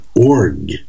org